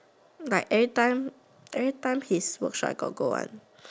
like every time every time his workshop I got go one